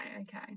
okay